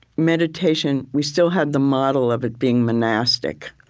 meditation we still had the model of it being monastic.